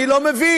אני לא מבין.